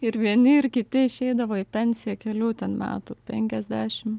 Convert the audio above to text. ir vieni ir kiti išeidavo į pensiją kelių ten metų penkiasdešim